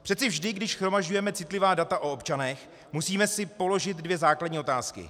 Přece vždy, když shromažďujeme citlivá data o občanech, musíme si položit dvě základní otázky.